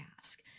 ask